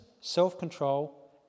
self-control